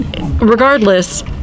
regardless